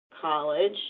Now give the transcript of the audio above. college